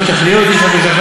אתה מכיר את זה,